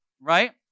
right